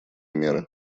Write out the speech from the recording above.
меры